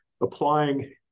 applying